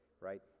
right